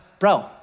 bro